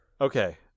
Okay